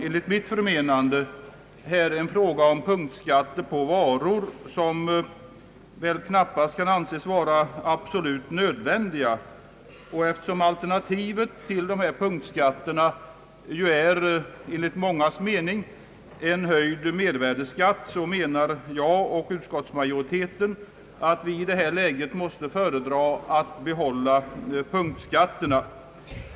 Enligt mitt förmenande är det dessutom här fråga om punktskatter på varor som knappast kan anses vara absolut nödvändiga. Eftersom alternativet till dessa punktskatter enligt mångas uppfattning är en höjd mervärdeskatt anser utskottsmajoriteten att man i detta läge måste föredra att behålla punktskatterna.